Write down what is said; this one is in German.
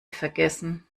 vergessen